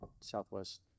Southwest